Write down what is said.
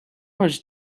was